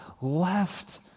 left